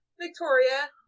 Victoria